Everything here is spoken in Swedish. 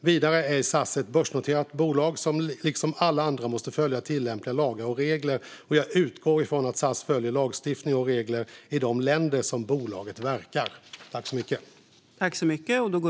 Vidare är SAS ett börsnoterat bolag som liksom alla andra måste följa tillämpliga lagar och regler, och jag utgår från att SAS följer lagstiftning och regler i de länder där bolaget verkar.